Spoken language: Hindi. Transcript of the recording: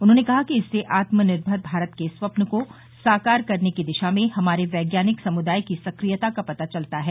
उन्होंने कहा कि इससे आत्मनिर्मर भारत के स्वप्न को साकार करने की दिशा में हमारे वैज्ञानिक समुदाय की सक्रियता का पता चलता है